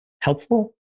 helpful